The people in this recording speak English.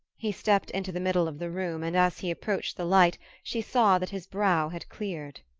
he stepped into the middle of the room and as he approached the light she saw that his brow had cleared.